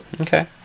Okay